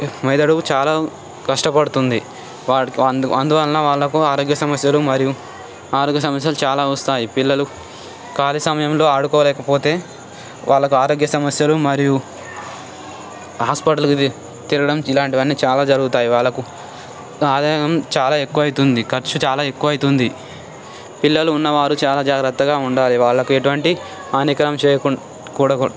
మెదడుకు చాలా కష్టపడుతుంది వాడికి అందువలన వాళ్ళకు ఆరోగ్య సమస్యలు మరియు ఆరోగ్య సమస్యలు చాలా వస్తాయి పిల్లలు ఖాళీ సమయంలో ఆడుకో లేకపోతే వాళ్ళకు ఆరోగ్య సమస్యలు మరియు హాస్పిటల్కి తిరగడం ఇలాంటివన్నీ చాలా జరుగుతాయి వాళ్ళకు ఆదాయం చాలా ఎక్కువ అవుతుంది ఖర్చు చాలా ఎక్కువ అవుతుంది పిల్లలు ఉన్నవారు చాలా జాగ్రత్తగా ఉండాలి వాళ్ళకు ఎటువంటి హానికరం చేయకుంటే కూడా కూడా